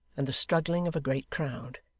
and the struggling of a great crowd.